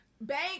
bank